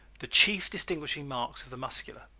the chief distinguishing marks of the muscular,